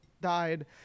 died